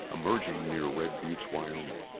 emerging near red buttes, wyoming.